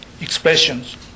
expressions